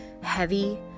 heavy